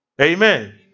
Amen